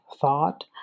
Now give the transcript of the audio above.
thought